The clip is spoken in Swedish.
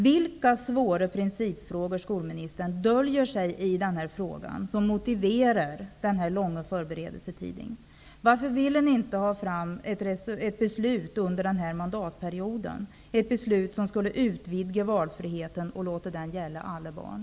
Vilka svåra principfrågor, skolministern, döljer sig i den här frågan som motiverar den här långa förberedelsetiden? Varför ville ni inte ha fram ett beslut under den här mandatperioden -- ett beslut som skulle utvidga valfriheten och låta den gälla alla barn?